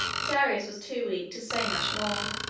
darius was too weak to say much more.